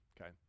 okay